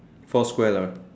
four square lah right